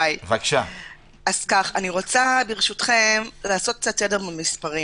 אני רוצה, ברשותכם, לעשות קצת סדר במספרים,